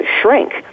shrink